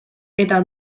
eta